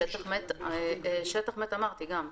שטח מת אמרתי, גם.